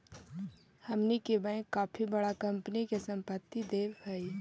हमनी के बैंक काफी बडा कंपनी के संपत्ति देवऽ हइ